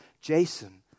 Jason